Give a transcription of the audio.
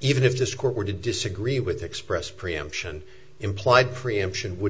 even if this court were to disagree with the express preemption implied preemption would